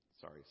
sorry